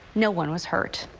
no one was hurt.